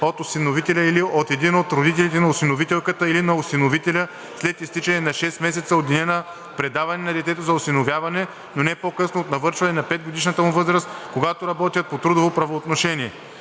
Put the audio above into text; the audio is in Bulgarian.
от осиновителя или от един от родителите на осиновителката или на осиновителя след изтичане на 6 месеца от деня на предаване на детето за осиновяване, но не по-късно от навършване на 5 годишната му възраст, когато работят по трудово правоотношение.“